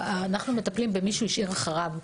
אנחנו מטפלים במי שהשאיר אחריו.